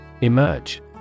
Emerge